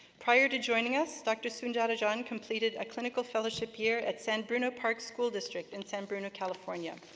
prior to joining us, dr. sundarrajan completed a clinical fellowship year at san bruno park school district in san bruno, california.